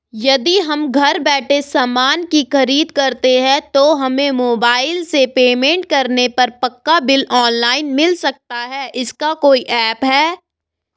यदि हम घर बैठे सामान की खरीद करते हैं तो हमें मोबाइल से पेमेंट करने पर पक्का बिल ऑनलाइन मिल सकता है इसका कोई ऐप है